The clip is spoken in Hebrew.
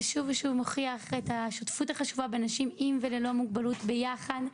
זה שוב ושוב מוכיח את השותפות החשובה בין אנשים עם וללא מוגבלות ביחד,